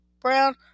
brown